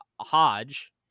hodge